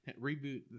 Reboot